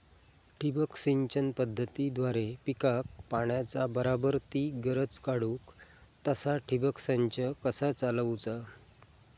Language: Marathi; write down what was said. ठिबक सिंचन पद्धतीद्वारे पिकाक पाण्याचा बराबर ती गरज काडूक तसा ठिबक संच कसा चालवुचा?